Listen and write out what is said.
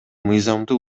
мыйзамдуу